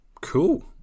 Cool